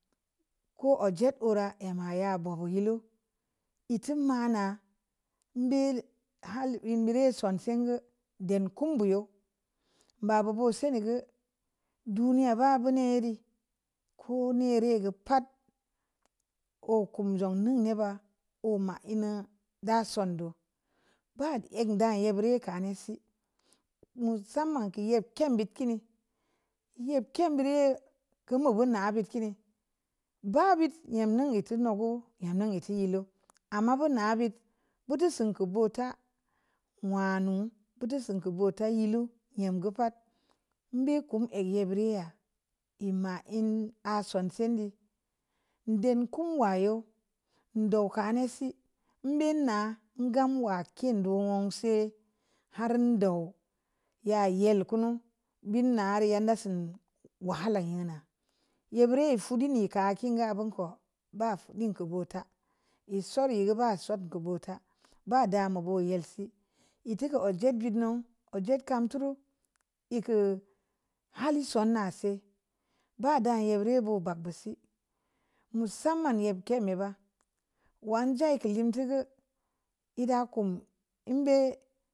Ko al jet dura əm maya bughu ye'lo ittɛ manambɛ hal en dire’ sonsi ngə dɛm kom burɛu ba bu bo sini gə duniya ba bune ri kome’ ri gə pa'at o’ kum zə nu ne’ ba oma lnu da son do’ ba əg da a'a’ biri kane’ si mu sanma k'e'a ke'm bit kini yeb ke'm biri'a kamu vo’ na bit kini ba bit nyemu ittu nugu nye'mu git e’ ye'lu ama bu na gə budu sunka'a’ bu ta wanu'un buta sinku bata yelou nyem gə pa'at mbe’ kum e'e’ biri'a’ e’ ma hnu aa sonse’ de’ de'n kum wayo'o’ duka a'a’ ne’ si mbe’ na gam wa kin do’ wuog se’ har do ya yel kunu bima re’ da sin wahalla e’ na ye’ biri e’ su duni ngə ban ko'o ba nun gə buta əm sore’ ye ba so'o't ko’ buta ba dama yel si itte ka’ o’ jet binu o'jet kam tureu e'e’ kə hal sunna se’ ba dan ye bireu bo'o babu si mi sanman yeb te’ me’ ba wanje kə limte gə ida kum ən be.